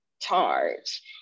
charge